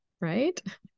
right